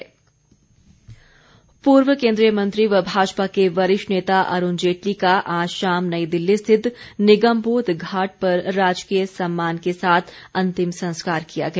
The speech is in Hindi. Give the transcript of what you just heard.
अरूण जेटली पूर्व केन्द्रीय मंत्री व भाजपा के वरिष्ठ नेता अरूण जेटली का आज शाम नई दिल्ली स्थित निगमबोध घाट पर राजकीय सम्मान के साथ अंतिम संस्कार किया गया